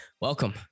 welcome